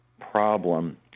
problem